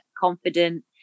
confident